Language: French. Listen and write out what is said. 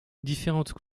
différentes